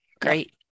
Great